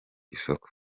isoko